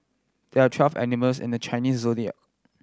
there are twelve animals in the Chinese Zodiac